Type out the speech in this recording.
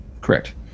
correct